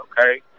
okay